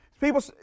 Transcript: people